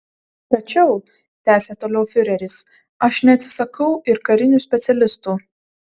tačiau tęsė toliau fiureris aš neatsisakau ir karinių specialistų